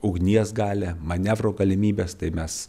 ugnies galią manevro galimybes tai mes